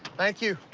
thank you!